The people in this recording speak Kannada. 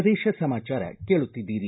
ಪ್ರದೇಶ ಸಮಾಚಾರ ಕೇಳುತ್ತಿದ್ದೀರಿ